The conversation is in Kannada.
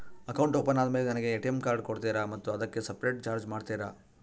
ಅಕೌಂಟ್ ಓಪನ್ ಆದಮೇಲೆ ನನಗೆ ಎ.ಟಿ.ಎಂ ಕಾರ್ಡ್ ಕೊಡ್ತೇರಾ ಮತ್ತು ಅದಕ್ಕೆ ಸಪರೇಟ್ ಚಾರ್ಜ್ ಮಾಡ್ತೇರಾ?